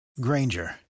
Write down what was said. Granger